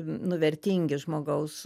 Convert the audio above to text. nu vertingi žmogaus